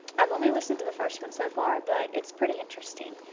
i've only listened to the first one so far, but it's pretty interesting.